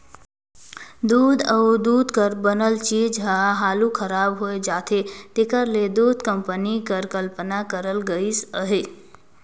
दूद अउ दूद कर बनल चीज हर हालु खराब होए जाथे तेकर ले दूध कंपनी कर कल्पना करल गइस अहे